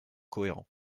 cohérent